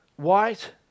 White